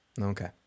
Okay